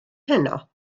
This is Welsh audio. heno